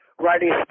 writing